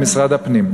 במשרד הפנים,